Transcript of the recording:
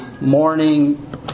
morning